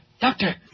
Doctor